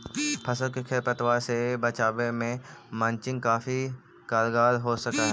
फसल के खेर पतवार से बचावे में मल्चिंग काफी कारगर हो सकऽ हई